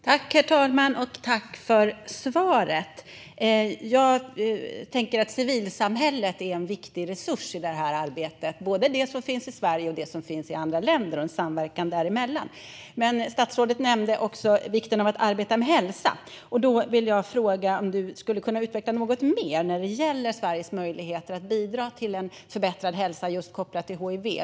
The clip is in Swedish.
Herr talman! Tack, ministern, för svaret! Jag tänker att civilsamhället både i Sverige och i andra länder är en viktig resurs i det här arbetet, liksom en samverkan däremellan. Statsrådet nämnde också vikten av att arbeta med hälsa. Därför vill jag fråga om han skulle kunna utveckla något mer när det gäller Sveriges möjligheter att bidra till en förbättrad hälsa just kopplat till hiv.